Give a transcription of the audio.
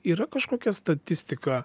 yra kažkokia statistika